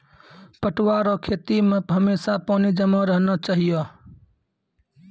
पटुआ रो खेत मे हमेशा पानी जमा रहना चाहिऔ